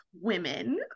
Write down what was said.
women